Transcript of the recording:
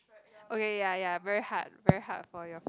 okay ya ya very hard very hard for your